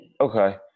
Okay